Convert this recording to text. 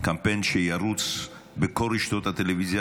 קמפיין שירוץ בכל רשתות הטלוויזיה.